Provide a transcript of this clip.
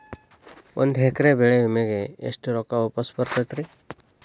ಒಂದು ಎಕರೆ ಬೆಳೆ ವಿಮೆಗೆ ಎಷ್ಟ ರೊಕ್ಕ ವಾಪಸ್ ಬರತೇತಿ?